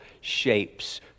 shapes